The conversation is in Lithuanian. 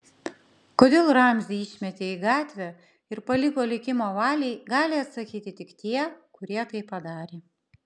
kodėl ramzį išmetė į gatvę ir paliko likimo valiai gali atsakyti tik tie kurie tai padarė